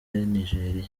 nijeriya